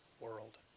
world